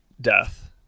death